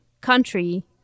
country